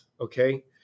okay